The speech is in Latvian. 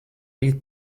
rīt